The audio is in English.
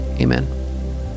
Amen